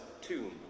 tomb